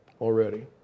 already